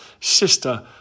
sister